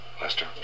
Lester